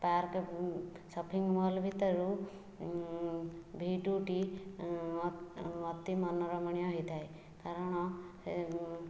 ପାର୍କ୍କୁ shopping mall ଭିତରୁ ଭି ଟୁ ଟି ଅତି ମୋନାରୋମଣୀୟ ହେଇଥାଏ କାରଣ